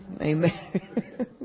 Amen